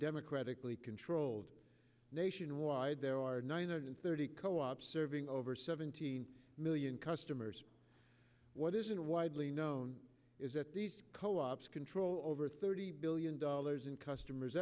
democratically controlled nationwide there are nine hundred thirty co ops serving over seventeen million customers what isn't widely known is that these co ops control over thirty billion dollars in customer